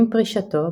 עם פרישתו,